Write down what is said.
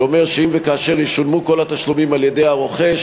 שאומר שאם וכאשר ישולמו כל התשלומים על-ידי הרוכש,